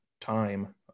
time